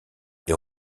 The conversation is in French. est